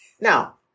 Now